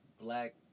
black